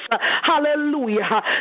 hallelujah